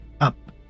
up